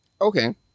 Okay